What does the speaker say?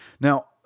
Now